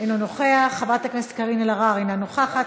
אינו נוכח, חברת הכנסת קארין אלהרר, אינה נוכחת.